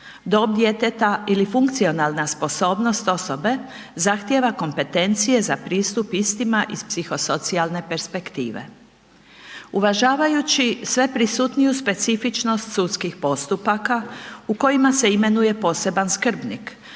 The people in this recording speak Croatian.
Dob djeteta ili funkcionalna sposobnost osobe zahtijeva kompetencije za pristup istima iz psihosocijalne perspektive. Uvažavajući sve prisutniju specifičnost sudskih postupaka u kojima se imenuje poseban skrbnik,